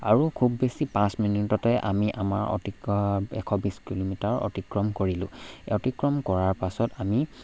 আৰু খুব বেছি পাঁচ মিনিটতে আমি আমাৰ অতি এশ বিছ কিলোমিটাৰ অতিক্ৰম কৰিলোঁ অতিক্ৰম কৰাৰ পাছত আমি